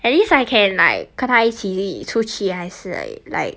at least I can like 跟他一起出去还是 like like